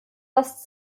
das